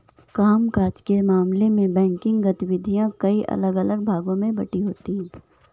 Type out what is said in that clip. काम काज के मामले में बैंकिंग गतिविधियां कई अलग अलग भागों में बंटी होती हैं